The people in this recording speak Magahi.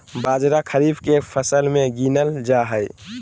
बाजरा खरीफ के फसल मे गीनल जा हइ